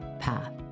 path